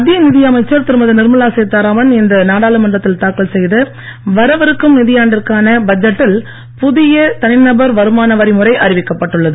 மத்திய நிதி அமைச்சர் திருமதி நிர்மலா சீதாராமன் இன்று நாடாளுமன்றத்தில் தாக்கல் செய்த வரவிருக்கும் நிதியாண்டிற்கான பட்ஜெட்டில் புதிய தனிநபர் வருமானவரி முறை அறிவிக்கப்பட்டு உள்ளது